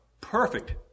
perfect